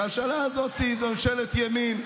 כי הממשלה הזו היא ממשלת ימין.